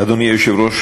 אדוני היושב-ראש,